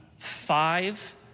Five